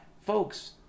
Folks